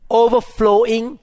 overflowing